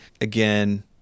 Again